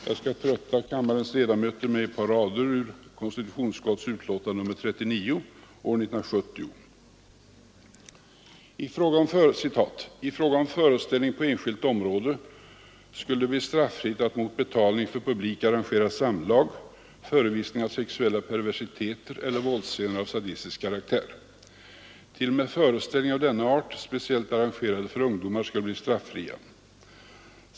Jag skall trötta kammarens ledamöter med ett par rader ur konstitutionsutskottets utlåtande nr 39 år 1970: ”I fråga om föreställning på enskilt område skulle det bli straffritt att mot betalning för publik arrangera samlag, förevisning av sexuella perversiteter eller våldsscener av sadistisk karaktär. T. o. m. föreställningar av denna art, speciellt arrangerade för ungdomar, skulle bli straffria.